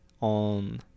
on